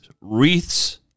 wreaths